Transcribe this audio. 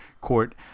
court